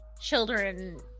children